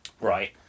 right